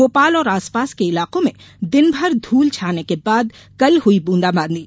भोपाल और आसपास के इलाकों में दिनभर धूल छाने के बाद कल हुई बूंदाबांदी